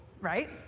right